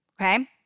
Okay